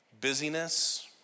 busyness